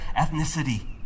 ethnicity